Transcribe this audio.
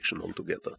altogether